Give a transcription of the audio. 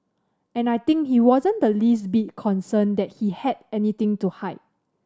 and I think he wasn't the least bit concerned that he had anything to hide